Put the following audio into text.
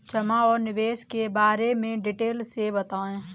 जमा और निवेश के बारे में डिटेल से बताएँ?